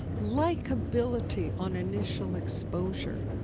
likability on initial exposure.